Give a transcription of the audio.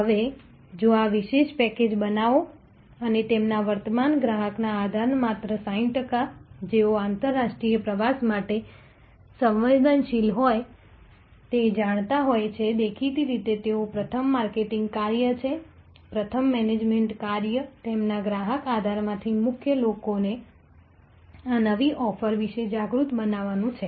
હવે જો આ વિશેષ પેકેજ બનાવો અને તેમના વર્તમાન ગ્રાહક આધારના માત્ર 60 ટકા જેઓ આંતરરાષ્ટ્રીય પ્રવાસ માટે સંવેદનશીલ હોય છે તે જાણતા હોય છે દેખીતી રીતે તેઓ પ્રથમ માર્કેટિંગ કાર્ય છે પ્રથમ મેનેજમેન્ટ કાર્ય તેમના ગ્રાહક આધારમાંથી વધુ લોકોને આ નવી ઓફર વિશે જાગૃત બનાવવાનું છે